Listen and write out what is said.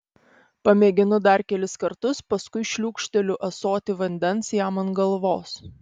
pamėginu dar kelis kartus paskui šliūkšteliu ąsotį vandens jam ant galvos